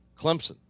Clemson